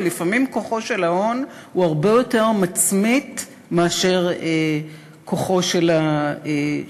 לפעמים כוחו של ההון הרבה יותר מצמית מאשר כוחו של השלטון.